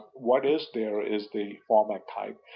what is there is the format type.